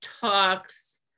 talks